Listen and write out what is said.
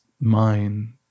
mind